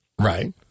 Right